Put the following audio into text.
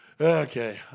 Okay